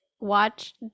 watch